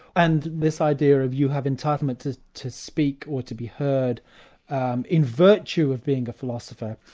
and this idea of you have entitlement to to speak or to be heard um in virtue of being a philosopher,